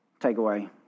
takeaway